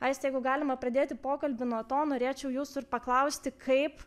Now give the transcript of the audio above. aiste jeigu galima pradėti pokalbį nuo to norėčiau jūsų ir paklausti kaip